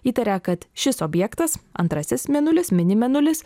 įtaria kad šis objektas antrasis mėnulis mini mėnulis